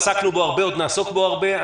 עסקנו בו הרבה, עוד נעסוק בו הרבה.